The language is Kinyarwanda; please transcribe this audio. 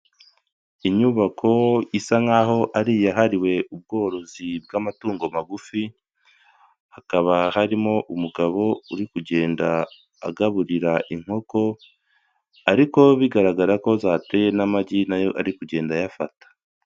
Inyubako isa nkaho ari iyahariwe ubworozi bw'amatungo magufi ,hakaba harimo umugabo uri kugenda agaburira inkoko, ariko bigaragara ko zateye n'amagi nayo ari kugenda ayafata.